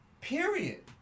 Period